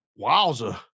Wowza